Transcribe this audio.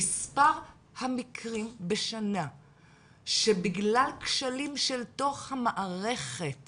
מספר המקרים בשנה שבגלל כשלים של תוך המערכת